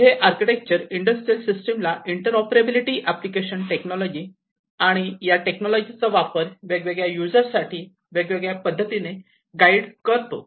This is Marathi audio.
आणि हे आर्किटेक्चर इंडस्ट्रियल सिस्टीम ला इंटरोपरेबिलिटी एप्लीकेशन टेक्नॉलॉजी आणि या टेक्नॉलॉजीचा वापर वेगवेगळ्या युजर्ससाठी वेगवेगळ्या पद्धतीने करण्यासाठी गाईड करतो